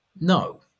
No